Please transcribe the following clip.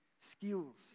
skills